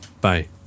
Bye